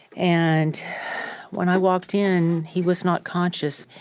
and when i walked in, he was not conscious.